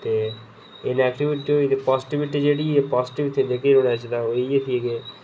ते एह् नैगेटीविटी होई ते पॉजिटीविटी जेह्ड़ी ऐ पॉजीटिव थिंग ओह् इ'यै थी कि